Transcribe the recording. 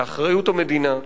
לאחריות המדינה.